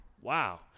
Wow